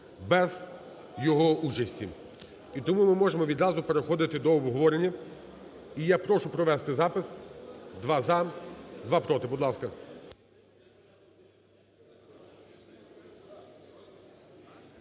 без його участі. І тому ми можемо відразу переходити до обговорення. І я прошу провести запис: два – за, два – проти. Будь ласка.